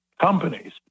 companies